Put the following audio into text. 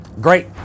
Great